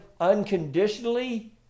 unconditionally